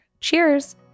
Cheers